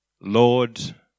Lord